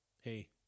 hey